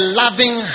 loving